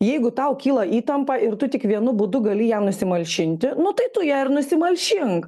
jeigu tau kyla įtampa ir tu tik vienu būdu gali ją nusimalšinti nu tai tu ją ir nusimalšink